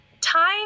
time